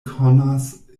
konas